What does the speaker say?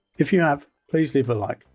if you have please leave a like,